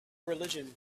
religion